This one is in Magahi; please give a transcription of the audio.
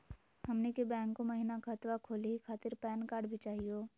हमनी के बैंको महिना खतवा खोलही खातीर पैन कार्ड भी चाहियो?